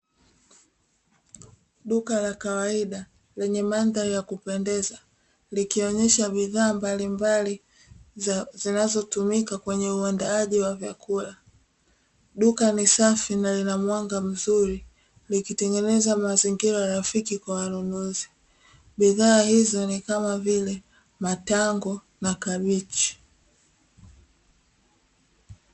Duka la kawaida lenye mandhari ya kupendeza, likionyesha bidhaa mbalimbali zinazotumika kwenye uandaaji wa vyakula. Duka ni safi na lina mwanga mzuri, likitengeneza mazingira mazuri kwa wanunuzi. Bidhaa hizo ni kama vile matango na kabichi.